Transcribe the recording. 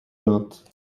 not